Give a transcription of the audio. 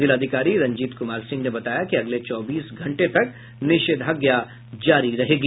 जिलाधिकारी रंजीत कुमार सिंह ने बताया कि अगले चौबीस घंटे तक निषेधाज्ञा जारी रहेगी